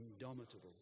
Indomitable